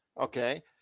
Okay